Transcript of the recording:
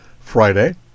Friday